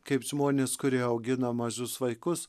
kaip žmonės kurie augina mažus vaikus